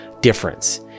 difference